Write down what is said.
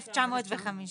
"1,905".